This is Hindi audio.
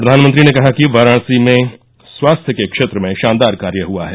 प्रधानमंत्री ने कहा कि वाराणसी में स्वास्थ्य के क्षेत्र में शानदार कार्य हुआ है